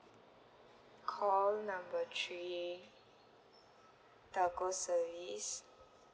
call number three telco service